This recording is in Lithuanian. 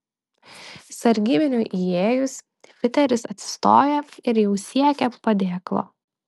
sargybiniui įėjus piteris atsistojo ir jau siekė padėklo